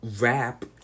rap